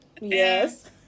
yes